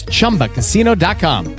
ChumbaCasino.com